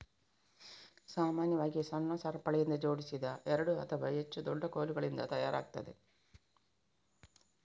ಸಾಮಾನ್ಯವಾಗಿ ಸಣ್ಣ ಸರಪಳಿಯಿಂದ ಜೋಡಿಸಿದ ಎರಡು ಅಥವಾ ಹೆಚ್ಚು ದೊಡ್ಡ ಕೋಲುಗಳಿಂದ ತಯಾರಾಗ್ತದೆ